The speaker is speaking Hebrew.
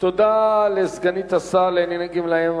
תודה לסגנית השר לענייני גמלאים,